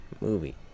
movie